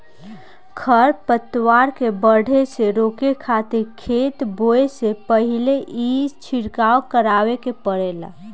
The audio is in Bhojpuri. खर पतवार के बढ़े से रोके खातिर खेत बोए से पहिल ही छिड़काव करावे के पड़ेला